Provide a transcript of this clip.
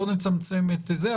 בואו נצמצם את זה,